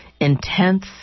intense